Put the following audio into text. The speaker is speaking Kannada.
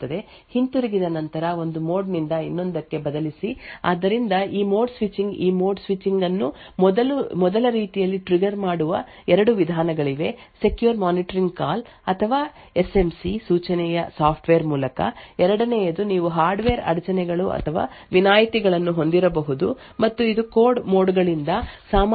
ಹಿಂತಿರುಗಿದ ನಂತರ ಒಂದು ಮೋಡ್ ನಿಂದ ಇನ್ನೊಂದಕ್ಕೆ ಬದಲಿಸಿ ಆದ್ದರಿಂದ ಈ ಮೋಡ್ ಸ್ವಿಚಿಂಗ್ ಈ ಮೋಡ್ ಸ್ವಿಚಿಂಗ್ ಅನ್ನು ಮೊದಲ ರೀತಿಯಲ್ಲಿ ಟ್ರಿಗ್ಗರ್ ಮಾಡುವ ಎರಡು ವಿಧಾನಗಳಿವೆ ಸೆಕ್ಯೂರ್ ಮಾನಿಟರಿಂಗ್ ಕಾಲ್ ಅಥವಾ ಈ ಎಸ್ ಎಂ ಸಿ ಸೂಚನೆಯ ಸಾಫ್ಟ್ವೇರ್ ಮೂಲಕ ಎರಡನೆಯದು ನೀವು ಹಾರ್ಡ್ವೇರ್ ಅಡಚಣೆಗಳು ಅಥವಾ ವಿನಾಯಿತಿಗಳನ್ನು ಹೊಂದಿರಬಹುದು ಮತ್ತು ಇದು ಮೋಡ್ ಗಳಿಂದ ಸಾಮಾನ್ಯದಿಂದ ಸುರಕ್ಷಿತಕ್ಕೆ ಬದಲಾಯಿಸುವುದು ಕೂಡ ಆಗಿರಬಹುದು